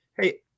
hey